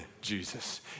Jesus